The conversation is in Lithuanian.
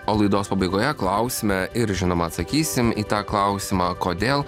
o laidos pabaigoje klausime ir žinoma atsakysim į tą klausimą kodėl